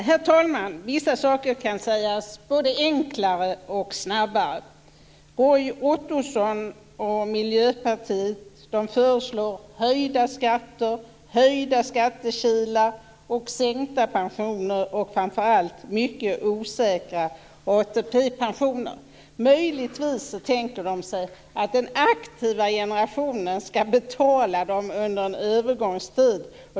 Herr talman! Vissa saker kan sägas både enklare och snabbare. Roy Ottosson och Miljöpartiet föreslår höjda skatter, större skattekilar och sänkta pensioner, och framför allt mycket osäkra ATP-pensioner. Möjligtvis tänker de sig att den aktiva generationen skall betala dem under en övergångstid.